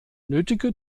nötige